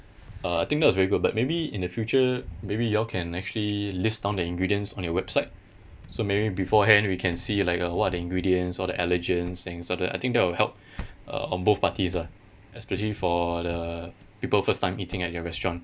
uh I think that's very good but maybe in the future maybe you all can actually list down the ingredients on your website so maybe beforehand we can see like uh what are the ingredients or the allergens things sort of I think that will help uh on both parties lah especially for the people first time eating at your restaurant